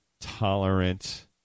tolerant